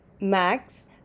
Max